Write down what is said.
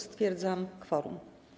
Stwierdzam kworum.